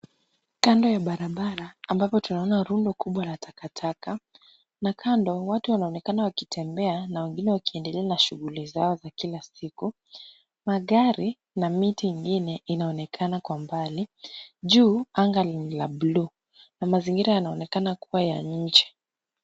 Kando ya barabara ambapo tunaona rundo kubwa la takataka na kando watu wanaonekana wakitembea na wengine wakiendelea na shughuli zao za kila suku. Magari na miti ingine inaonekana kwa mbali, juu anga ni la bluu na mazingira yanaonekana kuwa ya nje.